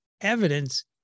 evidence